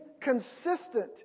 consistent